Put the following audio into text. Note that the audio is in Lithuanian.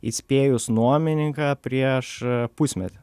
įspėjus nuomininką prieš pusmetį